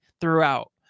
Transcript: throughout